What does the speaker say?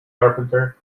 carpenter